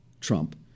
Trump